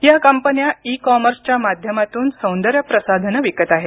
या कंपन्या इ कॉमर्सच्या माध्यमातून सौंदर्य प्रसाधनं विकत आहेत